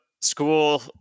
school